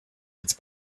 its